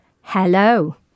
Hello